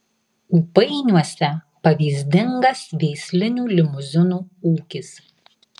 ūpainiuose pavyzdingas veislinių limuzinų ūkis